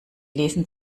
lesen